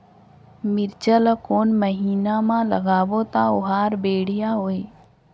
मिरचा ला कोन महीना मा लगाबो ता ओहार बेडिया होही?